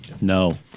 No